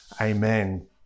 Amen